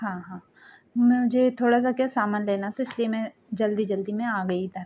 हाँ हाँ मुझे थोड़ा सा क्या सामान लेना था इसलिए मैं जल्दी जल्दी में आ गई इधर